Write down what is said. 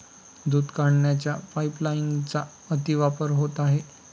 दूध काढण्याच्या पाइपलाइनचा अतिवापर होत आहे